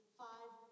five